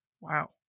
Wow